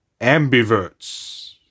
ambiverts